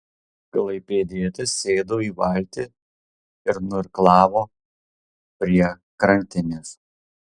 klaipėdietis sėdo į valtį ir nuirklavo prie krantinės